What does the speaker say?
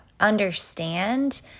understand